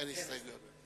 אין הסתייגויות.